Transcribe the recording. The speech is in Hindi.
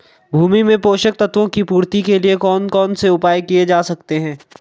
भूमि में पोषक तत्वों की पूर्ति के लिए कौन कौन से उपाय किए जा सकते हैं?